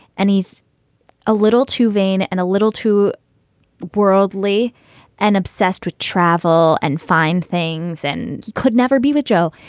and he's a little too vain and a little too worldly and obsessed with travel and find things and could never be with joe.